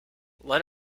let